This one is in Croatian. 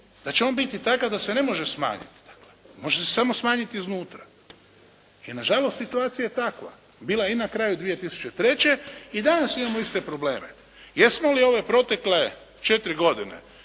da će on biti takav da se ne može smanjiti dakle, može se samo smanjiti iznutra. I nažalost, situacija je takva, bila je na kraju 2003. i danas imamo iste probleme. Jesmo li ove protekle četiri godine